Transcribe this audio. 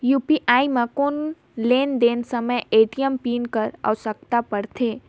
UPI म कौन लेन देन समय ए.टी.एम पिन कर आवश्यकता पड़थे?